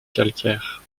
calcaires